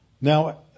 Now